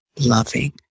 loving